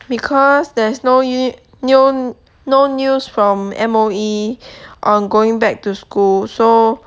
because there's no yee~ new no news from M_O_E on going back to school so